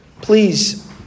Please